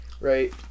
right